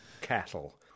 cattle